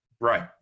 Right